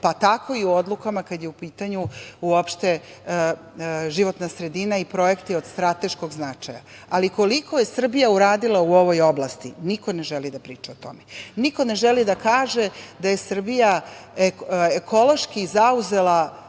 pa tako i u odlukama kada je u pitanju uopšte životna sredina i projekti od strateškog značaja. Ali, koliko je Srbija uradila u ovoj oblasti, niko ne želi da priča o tome. Niko ne želi da kaže da je Srbija ekološki zauzela